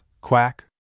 Quack